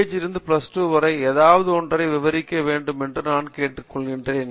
G யிலிருந்து plus 2 வரை ஏதாவது ஒன்றை விவரிக்க வேண்டுமென நான் கேட்டுக்கொள்கிறேன்